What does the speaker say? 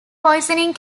poisoning